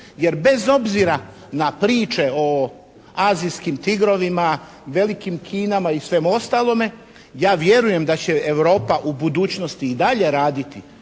Jer bez obzira na priče o azijskim tigrovima, velikim Kinama i svemu ostalome ja vjerujem da će Europa u budućnosti i dalje raditi